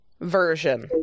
version